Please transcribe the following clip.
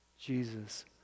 Jesus